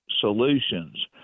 solutions